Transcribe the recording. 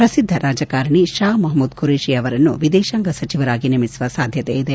ಪ್ರಸಿದ್ದ ರಾಜಕಾರಣಿ ಷಾ ಮಹಮೂದ್ ಖುರೇಷಿ ಅವರನ್ನು ವಿದೇತಾಂಗ ಸಚಿವರಾಗಿ ನೇಮಿಸುವ ಸಾಧ್ಯತೆ ಇದೆ